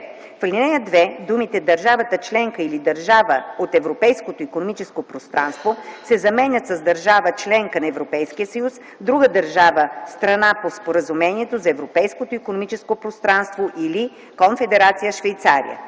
В ал. 2 думите „държава членка или държава от Европейското икономическо пространство” се заменят с „държава - членка на Европейския съюз, друга държава – страна по Споразумението за Европейското икономическо пространство или Конфедерация Швейцария”;